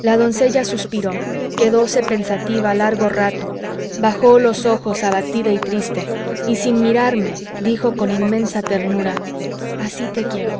la doncella suspiró quedóse pensativa largo rato bajó los ojos abatida y triste y sin mirarme dijo con inmensa ternura así te quiero